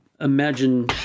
imagine